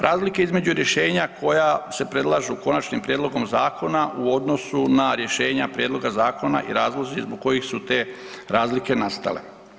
Razlike između rješenja koja se predlažu konačnim prijedlogom zakona u odnosu na rješenja prijedloga zakona i razlozi zbog kojih su te razlike nastale.